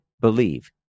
believe